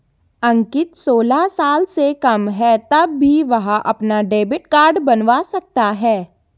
अंकित सोलह साल से कम है तब भी वह अपना डेबिट कार्ड बनवा सकता है